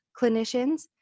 clinicians